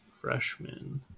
freshman